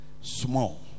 small